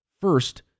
first